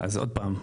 אז עוד פעם,